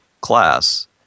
class